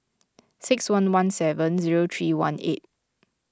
six one one seven zero three one eight